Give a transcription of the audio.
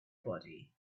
body